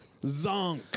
Zonk